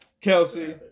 Kelsey